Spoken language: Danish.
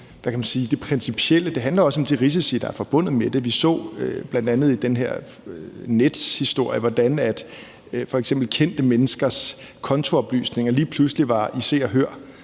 det principielle. Det handler også om de risici, der er forbundet med det. Vi så bl.a. i den her Netshistorie, hvordan f.eks. kendte menneskers kontooplysninger lige pludselig var i Se